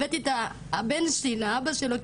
הבאתי את הבן שלי לאבא שלו,